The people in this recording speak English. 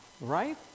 right